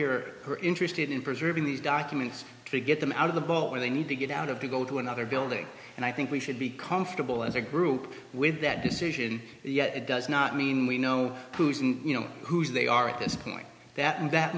who are interested in preserving these documents to get them out of the boat where they need to get out of to go to another building and i think we should be comfortable as a group with that decision yet it does not mean we know who isn't you know who's they are at this point that and that